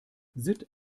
sitt